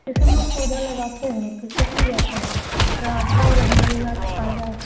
जैसे लोग पौधा लागाते हैं तो सूख भी जाता है थोड़ा अच्छा वाला दीजिएगा ताज़ा